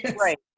Right